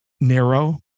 narrow